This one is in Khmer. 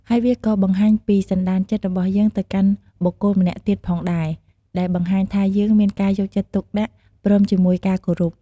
ហើយវាក៏បង្ហាញពី សន្ដានចិត្ត របស់យើងទៅកាន់បុគ្គលម្នាក់ទៀតផងដែរ ដែលបង្ហាញថាយើងមានការយកចិត្តទុកដាក់ ព្រមជាមួយការគោរព។